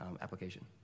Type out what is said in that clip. application